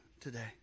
today